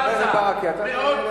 אתה מגבה את הרוצחים.